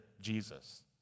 Jesus